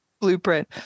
blueprint